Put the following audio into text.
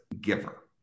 giver